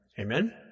Amen